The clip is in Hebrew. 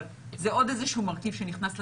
אבל זה עוד איזשהו מרכיב שנכנס לתמונה.